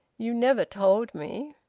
you never told me.